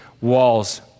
walls